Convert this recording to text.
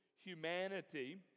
humanity